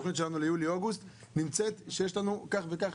התכנית שלנו ליולי-אוגוסט נמצאת שיש לנו כך וכך